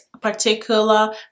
particular